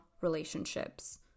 relationships